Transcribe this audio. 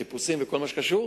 בחיפושים וכל מה שקרה,